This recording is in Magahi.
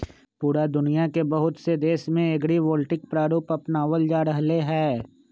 पूरा दुनिया के बहुत से देश में एग्रिवोल्टिक प्रारूप अपनावल जा रहले है